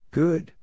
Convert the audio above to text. good